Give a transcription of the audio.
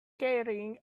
carrying